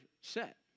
set